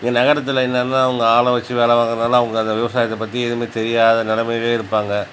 இங்கே நகரத்தில் என்னென்னா அவங்க ஆளை வெச்சு வேலை வாங்குறதுனால அவங்க அந்த விவசாயத்தைப் பற்றி எதுவுமே தெரியாத நிலமையிலயே இருப்பாங்க